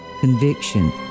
conviction